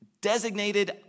designated